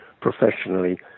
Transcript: professionally